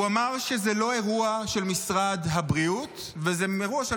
הוא אמר שזה לא אירוע של משרד הבריאות וזה אירוע של